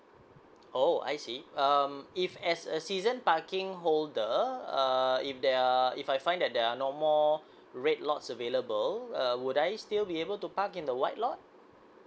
oh I see um if as a season parking holder uh if there are if I find that there are no more red lots available err would I still be able to park in the white lot